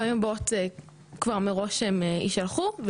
בפעמים הבאות כבר מראש שם יישלחו,